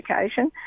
education